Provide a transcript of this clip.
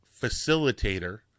Facilitator